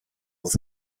with